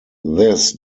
this